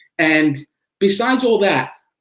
and besides all that,